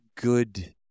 good